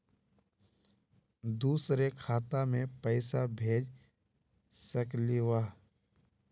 दुसरे खाता मैं पैसा भेज सकलीवह?